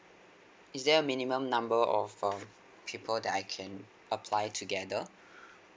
is there a minimum number of um people that I can apply together